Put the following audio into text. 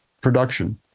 production